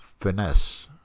Finesse